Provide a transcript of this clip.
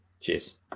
Cheers